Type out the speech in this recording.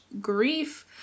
grief